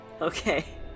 Okay